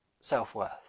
self-worth